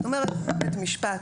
בית משפט,